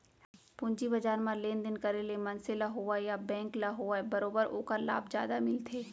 पूंजी बजार म लेन देन करे ले मनसे ल होवय या बेंक ल होवय बरोबर ओखर लाभ जादा मिलथे